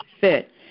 fit